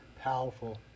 Powerful